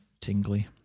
tingly